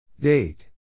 Date